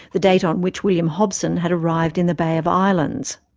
the date on which william hobson had arrived in the bay of islands.